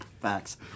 Facts